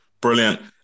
Brilliant